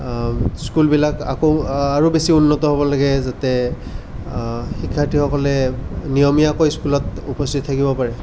স্কুলবিলাক আকৌ আৰু বেছি উন্নত হ'ব লাগে যাতে শিক্ষাৰ্থীসকলে নিয়মীয়াকৈ স্কুলত উপস্থিত থাকিব পাৰে